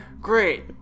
great